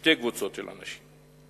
שתי קבוצות של אנשים: